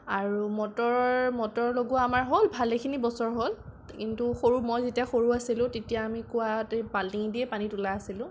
আৰু মটৰ লগোৱা আমাৰ হ'ল ভালেখিনি বছৰ হ'ল কিন্তু মই সৰু যেতিয়া সৰু আছিলো তেতিয়া আমি কুঁৱাত বাল্টিঙেদিয়ে পানী তোলা আছিলো